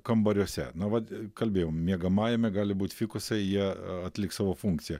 kambariuose na vat kalbėjom miegamajame gali būt fikusai jie atliks savo funkciją